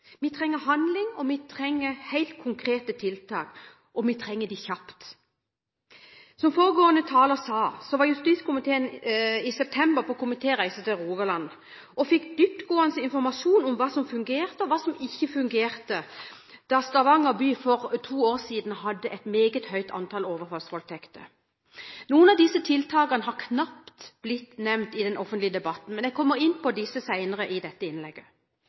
Vi trenger handling, vi trenger helt konkrete tiltak, og vi trenger dem kjapt. Som foregående taler sa, var justiskomiteen i september på komitéreise til Rogaland og fikk dyptgående informasjon om hva som fungerte, og hva som ikke fungerte da Stavanger by for to år siden hadde et meget høyt antall overfallsvoldtekter. Noen av disse tiltakene har knapt blitt nevnt i den offentlige debatten, men jeg kommer inn på disse senere i dette innlegget.